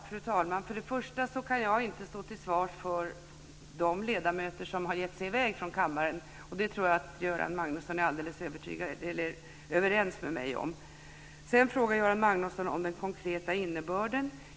Fru talman! För det första kan jag inte stå till svars för de ledamöter som har givit sig iväg från kammaren. Det tror jag att Göran Magnusson är alldeles överens med mig om. Sedan frågar Göran Magnusson om den konkreta innebörden.